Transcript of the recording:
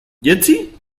jetzi